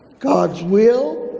god's will,